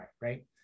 right